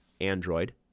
Android